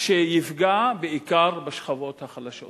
שיפגע בעיקר בשכבות החלשות,